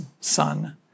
son